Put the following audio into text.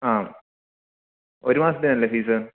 ആ ഒരു മാസത്തതിനല്ലേ ഫീസ്